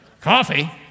Coffee